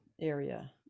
area